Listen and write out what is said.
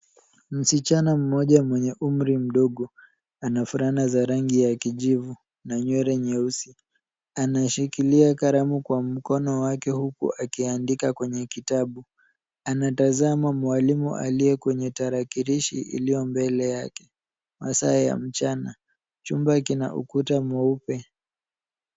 Msichana mmoja mwenye umri mdogo, ana fulana za rangi ya kijivu, na nywele nyeusi. Anashikilia kalamu kwa mkono wake huku akiandika kwenye kitabu, anatazama mwalimu aliye kwenye tarakilishi iliyo mbele yake. Masaa ya mchana, chumba kina ukuta mweupe.